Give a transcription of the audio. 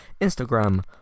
Instagram